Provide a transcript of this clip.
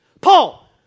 Paul